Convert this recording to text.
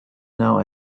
now